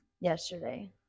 yesterday